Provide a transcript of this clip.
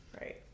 Right